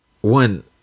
one